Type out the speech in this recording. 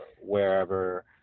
wherever